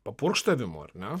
papurkštavimų ar ne